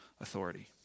authority